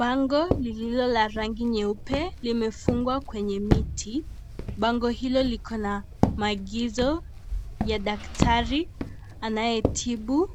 Bango lililo la yangi nyeupe limefungwa kwenye mti, bango hilo liko na maagizo ya daktari anayetibu